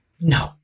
No